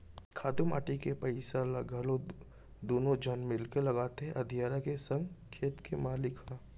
खातू माटी के पइसा ल घलौ दुनों झन मिलके लगाथें अधियारा के संग खेत के मालिक ह